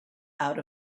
out